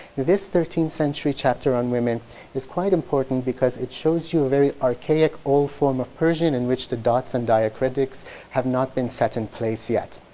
this thirteenth century chapter on women is quite important because it shows you a very archaic old form of persian in which the dots and diacritics have not been set in place yet.